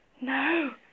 No